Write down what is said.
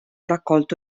raccolto